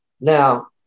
Now